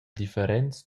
differents